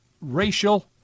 racial